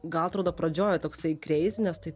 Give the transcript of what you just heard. gal atrodo pradžioj toksai kreizi nes tai